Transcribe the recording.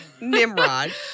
nimrod